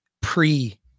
pre